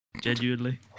Genuinely